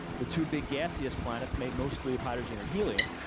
the two big gaseous planets made mostly of hydrogen and helium,